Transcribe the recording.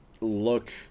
look